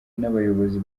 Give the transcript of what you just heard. n’abayobozi